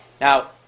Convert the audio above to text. Now